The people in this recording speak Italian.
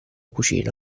cucina